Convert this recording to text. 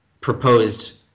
proposed